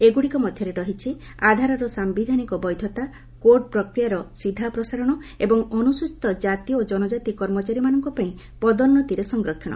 ଏଗ୍ରଡ଼ିକ ମଧ୍ୟରେ ରହିଛି ଆଧାରର ସାୟିଧାନିକ ବୈଧତା କୋର୍ଟ ପ୍ରକ୍ରିୟାର ସିଧାପ୍ରସାରଣ ଏବଂ ଅନ୍ତସ୍ଚୀତ କ୍ଷାତି ଓ ଜନକ୍ଷାତି କର୍ମଚାରୀମାନଙ୍କ ପାଇଁ ପଦୋନ୍ତିରେ ସଂରକ୍ଷଣ